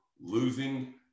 losing